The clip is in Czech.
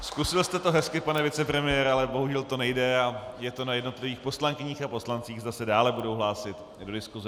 Zkusil jste to hezky, pane vicepremiére, ale bohužel to nejde a je to na jednotlivých poslankyních a poslancích, zda se dále budou hlásit do diskuse.